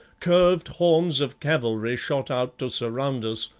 curved horns of cavalry shot out to surround us,